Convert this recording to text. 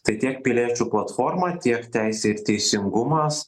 tai tiek piliečių platforma tiek teisė ir teisingumas